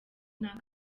nta